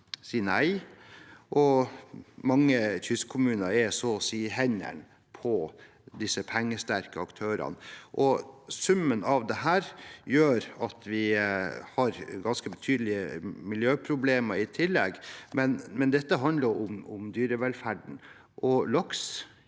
si nei, og mange kystkommuner er så å si i hendene på disse pengesterke ak tørene. Summen av det gjør at vi har ganske betydelige miljøproblemer i tillegg, men dette handler om dyrevelferd, og laks